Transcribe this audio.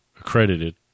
accredited